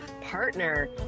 partner